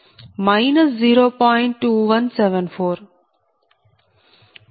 2174